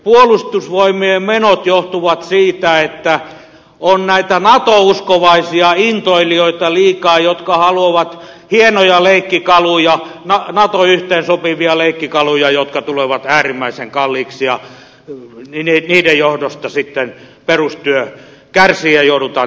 puolustusvoimien menot johtuvat siitä että on näitä nato uskovaisia intoilijoita liikaa jotka haluavat hienoja leikkikaluja nato yhteensopivia leikkikaluja jotka tulevat äärimmäisen kalliiksi ja niiden johdosta sitten perustyö kärsii ja joudutaan tekemään säästöjä